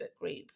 group